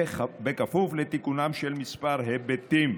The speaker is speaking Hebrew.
כפוף לתיקונם של כמה היבטים.